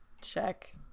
check